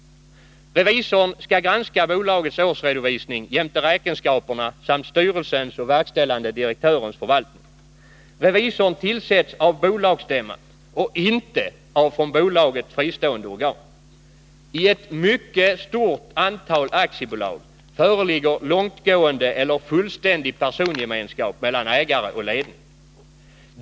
Revisorn skall granska bolagets årsredovisning jämte räkenskaperna samt styrelsens och verkställande direktörens förvaltning. Revisorn tillsätts av bolagsstämman och inte av från bolaget fristående organ. I ett mycket stort antal aktiebolag föreligger långtgående eller fullständig persongemenskap mellan ägare och ledning.